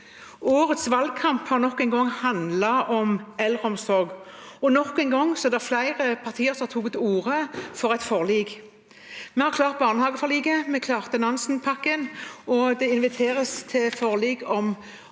Årets valgkamp har nok en gang handlet om eldreomsorg, og nok en gang er det flere partier som har tatt til orde for et forlik. Vi har klart barnehageforliket, vi klarte Nansen-pakken, det inviteres til et